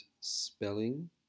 spelling